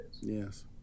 Yes